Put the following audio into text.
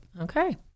Okay